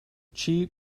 cheap